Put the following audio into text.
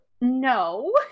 No